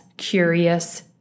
Curious